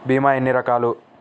భీమ ఎన్ని రకాలు?